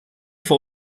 vor